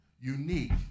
unique